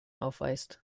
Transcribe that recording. aufweist